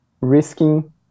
risking